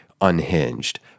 unhinged